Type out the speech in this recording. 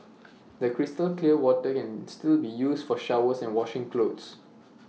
the crystal clear water can still be used for showers and washing clothes